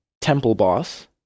temple-boss